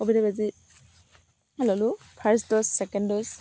ক'ভিডৰ বেজি ল'লোঁ ফাৰ্ষ্ট ড'জ ছেকেণ্ড ড'জ